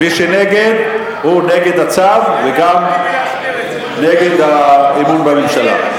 מי שנגד, הוא נגד הצו וגם נגד האמון בממשלה.